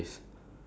ya